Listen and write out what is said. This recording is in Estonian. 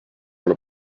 ole